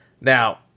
Now